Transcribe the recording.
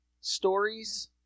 stories